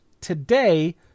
today